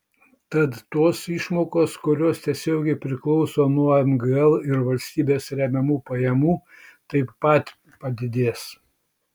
tad tos išmokos kurios tiesiogiai priklauso nuo mgl ir valstybės remiamų pajamų taip pat padidės